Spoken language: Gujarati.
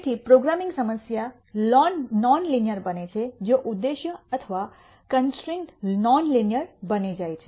તેથી પ્રોગ્રામિંગ સમસ્યા નોન લિનિયર બને છે જો ઉદ્દેશ્ય અથવા કન્સ્ટ્રૈન્ટ નોન લિનિયર બની જાય છે